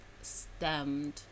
stemmed